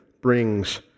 brings